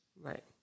Right